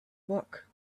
book